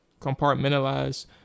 compartmentalize